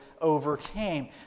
overcame